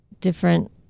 different